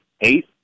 eight